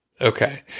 Okay